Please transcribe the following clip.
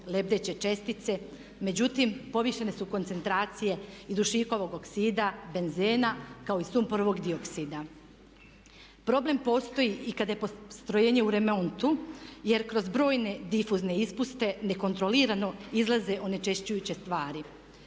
lebdeće čestice, međutim povišene su koncentracije i dušikovog oksida, benzena kao i sumporovog dioksida. Problem postoji i kada je postrojenje u remontu jer kroz brojne difuzne ispuste nekontrolirano izlaze onečišćujuće stvari.